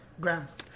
grass